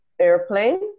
airplane